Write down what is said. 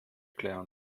erklären